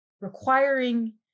requiring